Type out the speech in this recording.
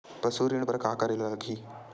पशु ऋण बर का करे ला लगही?